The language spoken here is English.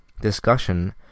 discussion